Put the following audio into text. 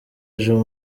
ejo